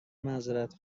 معذرت